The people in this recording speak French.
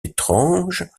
étrange